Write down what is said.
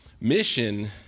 Mission